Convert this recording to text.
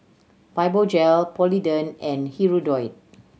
Fibogel Polident and Hirudoid